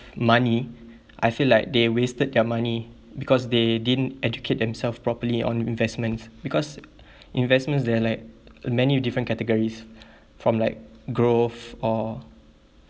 money I feel like they wasted their money because they didn't educate themselves properly on investments because investments there're like many different categories from like growth or